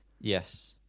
Yes